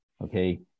Okay